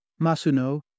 Masuno